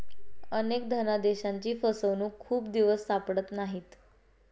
अनेक धनादेशांची फसवणूक खूप दिवस सापडत नाहीत